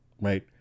right